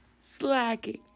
Slacking